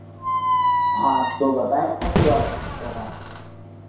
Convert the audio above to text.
हाँ तो बताएँ क्या सेवा दे सकते हम आपको